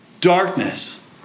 darkness